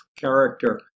character